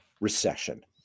recession